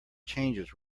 changes